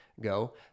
go